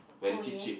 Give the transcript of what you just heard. oh ya